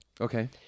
Okay